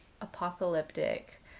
apocalyptic